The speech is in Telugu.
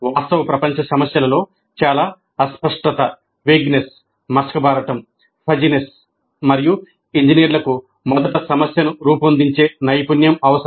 వాస్తవ ప్రపంచ సమస్యలో చాలా అస్పష్టత మరియు ఇంజనీర్లకు మొదట సమస్యను రూపొందించే నైపుణ్యం అవసరం